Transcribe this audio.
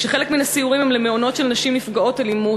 וחלק מהסיורים הם למעונות של נשים נפגעות אלימות.